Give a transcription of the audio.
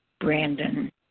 Brandon